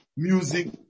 music